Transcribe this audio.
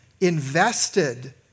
invested